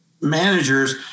managers